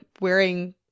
wearing